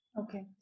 Okay